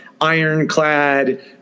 ironclad